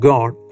God